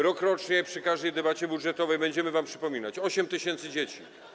Rokrocznie przy każdej debacie budżetowej będziemy wam przypominać: 8 tys. dzieci.